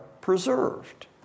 preserved